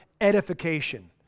edification